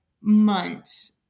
months